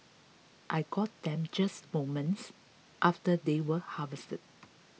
I got them just moments after they were harvested